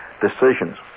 decisions